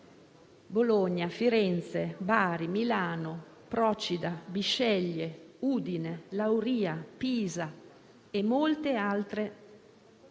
Bologna, Firenze, Bari, Milano, Procida, Bisceglie, Udine, Lauria, Pisa sono tra le